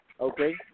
Okay